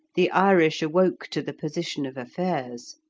the irish awoke to the position of affairs.